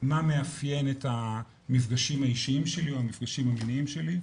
מה מאפיין את המפגשים האישיים שלי עם נפגשים המינים שלי,